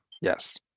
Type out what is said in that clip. Yes